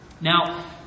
Now